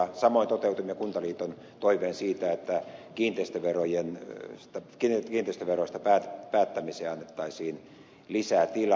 samoin toteutimme kuntaliiton toiveen siitä että kiinteistöveroista päättämiseen annettaisiin lisää tilaa